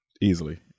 Easily